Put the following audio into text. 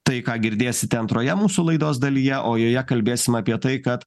tai ką girdėsite antroje mūsų laidos dalyje o joje kalbėsim apie tai kad